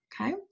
Okay